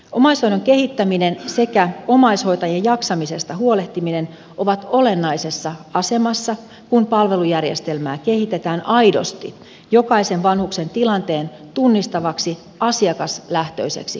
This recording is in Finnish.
omaishoidon kehittäminen sekä omaishoitajien jaksamisesta huolehtiminen ovat olennaisessa asemassa kun palvelujärjestelmää kehitetään aidosti jokaisen vanhuksen tilanteen tunnistavaksi asiakaslähtöiseksi kokonaisuudeksi